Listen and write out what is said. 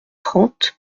trente